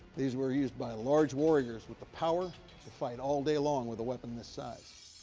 these were used by large warriors with the power to fight all day long with a weapon this size.